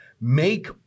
make